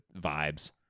vibes